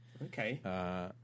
Okay